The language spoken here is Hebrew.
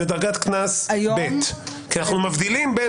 זו דרגת קנס ב' כי אנחנו מבדילים בין